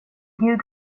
gud